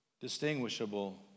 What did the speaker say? Distinguishable